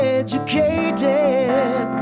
educated